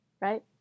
right